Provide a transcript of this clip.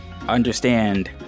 understand